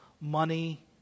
money